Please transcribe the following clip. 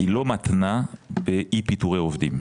לא מתנה אי פיטורי עובדים.